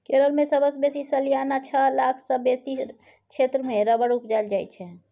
केरल मे सबसँ बेसी सलियाना छअ लाख सँ बेसी क्षेत्र मे रबर उपजाएल जाइ छै